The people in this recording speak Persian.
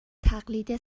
تقلید